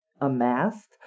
amassed